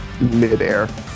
midair